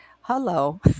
Hello